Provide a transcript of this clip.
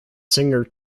singer